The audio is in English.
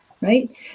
right